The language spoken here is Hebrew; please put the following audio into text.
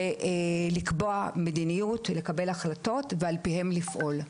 ולקבוע מדיניות ולקבל החלטות ועל פיהן לפעול.